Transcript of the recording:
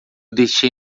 deixei